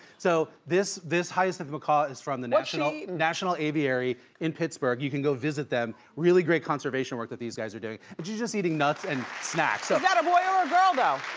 so this this hyacinth macaw is from the national national aviary in pittsburgh you can go visit them. really great conservation work these guys are doing. and she's just eating nuts and snacks. is that a boy or girl though?